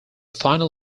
final